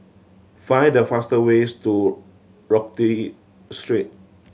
find the faster ways to Rodyk Street